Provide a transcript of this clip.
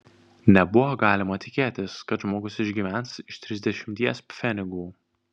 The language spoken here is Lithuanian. nebuvo galima tikėtis kad žmogus išgyvens iš trisdešimties pfenigų